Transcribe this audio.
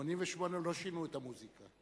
88 לא שינו את המוזיקה.